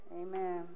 Amen